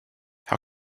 how